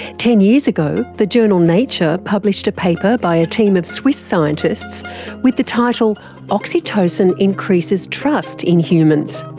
ten years ago, the journal nature published a paper by a team of swiss scientists with the title oxytocin increases trust in humans.